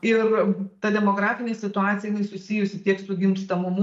ir ta demografinė situacija jinai susijusi tiek su gimstamumu